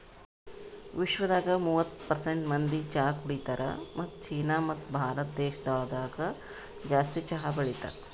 ವಿಶ್ವದಾಗ್ ಮೂವತ್ತು ಪರ್ಸೆಂಟ್ ಮಂದಿ ಚಹಾ ಕುಡಿತಾರ್ ಮತ್ತ ಚೀನಾ ಮತ್ತ ಭಾರತ ದೇಶಗೊಳ್ದಾಗ್ ಜಾಸ್ತಿ ಚಹಾ ಬೆಳಿತಾರ್